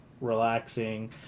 relaxing